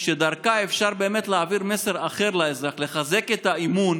שדרכה אפשר להעביר מסר אחר לאזרח ולחזק את האמון